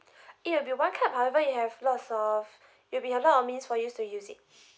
it will be one card however you have lots of it'll be a lot of means for you to use it